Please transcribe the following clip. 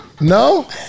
No